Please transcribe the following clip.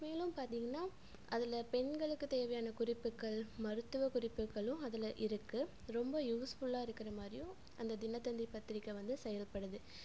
மேலும் பார்த்திங்கன்னா அதில் பெண்களுக்கு தேவையான குறிப்புக்கள் மருத்துவ குறிப்புகளும் அதில் இருக்கு ரொம்ப யூஸ்ஃபுல்லாக இருக்கிற மாதிரியும் அந்த தினத்தந்தி பத்திரிக்கை வந்து செயல்படுது